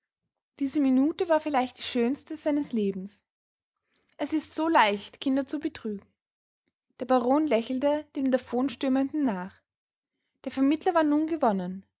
diese minute war vielleicht die schönste seines lebens es ist so leicht kinder zu betrügen der baron lächelte dem davonstürmenden nach der vermittler war nun gewonnen